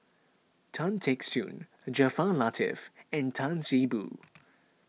Tan Teck Soon Jaafar Latiff and Tan See Boo